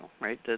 right